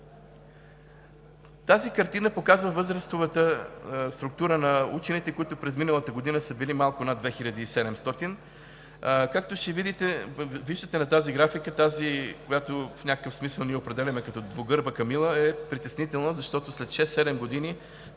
Тази картина показва възрастовата структура на учените, които през миналата година са били малко над 2700. Както виждате на графиката, която в някакъв смисъл ние определяме като двугърба камила е притеснителна, защото след шест,